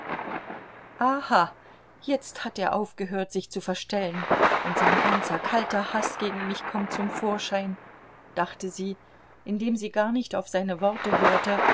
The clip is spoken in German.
aha jetzt hat er aufgehört sich zu verstellen und sein ganzer kalter haß gegen mich kommt zum vor schein dachte sie indem sie gar nicht auf seine worte hörte